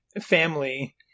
family